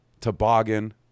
toboggan